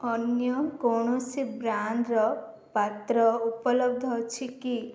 ଅନ୍ୟ କୌଣସି ବ୍ରାଣ୍ଡର ପାତ୍ର ଉପଲବ୍ଧ ଅଛି କି